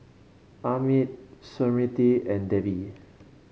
Amit Smriti and Devi